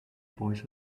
boys